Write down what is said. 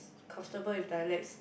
comfortable with dialects